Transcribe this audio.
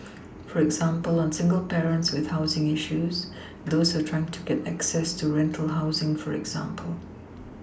for example on single parents with housing issues those who are trying to get access to rental housing for example